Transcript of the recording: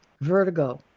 vertigo